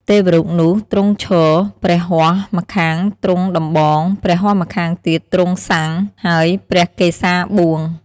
ទេវរូបនោះទ្រង់ឈរ ព្រះហស្តម្ខាងទ្រង់ដំបង ព្រះហស្តម្ខាងទៀតទ្រង់ស័ង្ខ ហើយព្រះកេសាបួង។